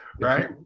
Right